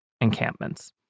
encampments